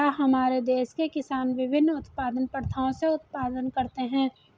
क्या हमारे देश के किसान विभिन्न उत्पादन प्रथाओ से उत्पादन करते हैं?